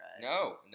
No